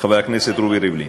חבר הכנסת רובי ריבלין.